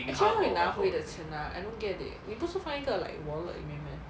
actually how you 拿回 the 钱啊 I don't get it 你不是放一个 like wallet 里面 meh